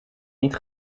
niet